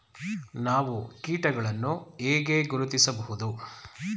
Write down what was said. ನಾವು ಕೀಟಗಳನ್ನು ಹೇಗೆ ಗುರುತಿಸಬಹುದು?